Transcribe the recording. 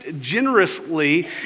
generously